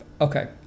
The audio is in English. okay